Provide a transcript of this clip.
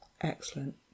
excellent